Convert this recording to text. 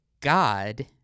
God